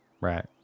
right